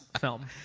film